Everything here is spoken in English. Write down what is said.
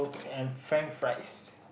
and french fries